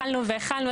הכלנו והכלנו,